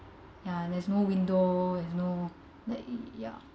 ya there's no window there's no like ya